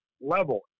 level